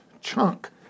chunk